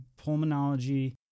pulmonology